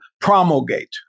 promulgate